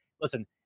Listen